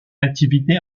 activité